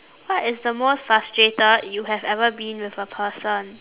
what is the most frustrated you have ever been with a person